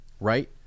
Right